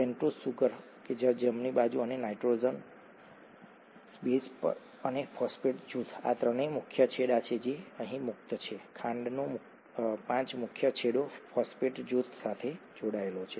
pentose sugar જમણી બાજુ અને નાઇટ્રોજનસ બેઝ અને ફોસ્ફેટ જૂથ આ ત્રણ મુખ્ય છેડો છે જે અહીં મુક્ત છે ખાંડનો પાંચ મુખ્ય છેડો ફોસ્ફેટ જૂથ સાથે જોડાયેલો છે